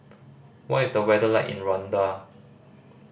what is the weather like in Rwanda